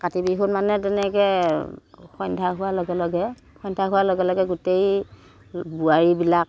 কাতি বিহুত মানে তেনেকে সন্ধ্যা হোৱাৰ লগে লগে সন্ধ্যা হোৱাৰ লগে লগে গোটেই বোৱাৰীবিলাক